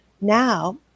Now